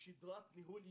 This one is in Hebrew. שגרת ניהול יציבה.